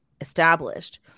established